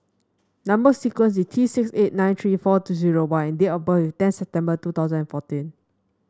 number sequence is T six eight nine three four two zero Y date of birth is tenth September two thousand and fourteen